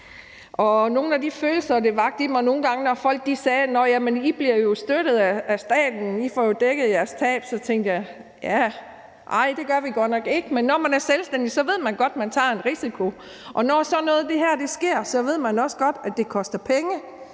nogle gange følelser i mig, når folk sagde: Nå ja, I bliver støttet af staten; I får jo dækket jeres tab. Så tænkte jeg, at nej, det gør vi godt nok ikke. Men når man er selvstændig, ved man godt, at man tager en risiko, og når sådan noget her sker, ved man også godt, at det koster penge.